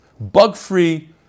bug-free